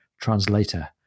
translator